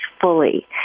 fully